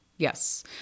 Yes